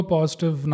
Positive